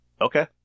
Okay